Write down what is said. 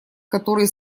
которые